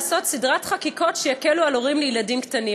לעשות סדרת חקיקות שיקלו על הורים לילדים קטנים,